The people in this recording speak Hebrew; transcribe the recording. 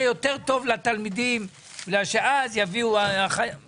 טוב יותר לתלמידים בגלל שאז יביאו אחיות מבחוץ.